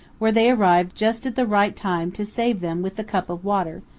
where they arrived just at the right time to save them with the cup of water,